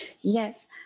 Yes